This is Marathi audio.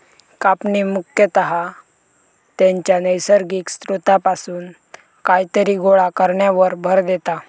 कापणी मुख्यतः त्याच्या नैसर्गिक स्त्रोतापासून कायतरी गोळा करण्यावर भर देता